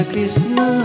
Krishna